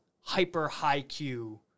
hyper-high-Q